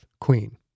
Queen